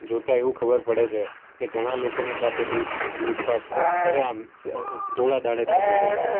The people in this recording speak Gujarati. જોતા એવું ખબર પડે છે કે ઘણાં લોકોની સાથે લૂંટ લૂંટફાટ સરેઆમ ધોળા દહાડે થતું હોય છે